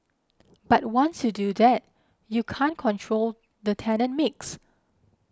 but once you do that you can't control the tenant mix